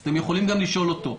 אז אתם יכולים גם לשאול אותו.